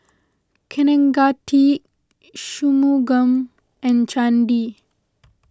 Kaneganti Shunmugam and Chandi